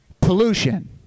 Pollution